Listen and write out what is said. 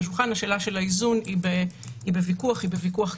השולחן השאלה של האיזון היא בוויכוח קשה